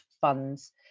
funds